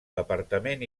departament